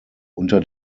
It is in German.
unter